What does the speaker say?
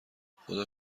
خدا